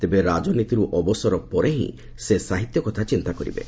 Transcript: ତେବେ ରାକନୀତିରୁ ଅବସର ପରେ ହି ସେ ସାହିତ୍ୟ କଥା ଚିନ୍ତା କରିବେ